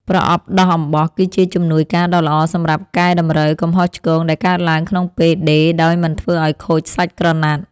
ប្រដាប់ដោះអំបោះគឺជាជំនួយការដ៏ល្អសម្រាប់កែតម្រូវកំហុសឆ្គងដែលកើតឡើងក្នុងពេលដេរដោយមិនធ្វើឱ្យខូចសាច់ក្រណាត់។